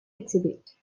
exhibit